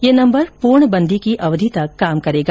यह नम्बर पूर्णबंदी की अवधि तक काम करेगा